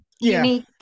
Unique